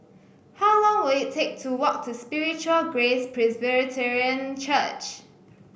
how long will it take to walk to Spiritual Grace Presbyterian Church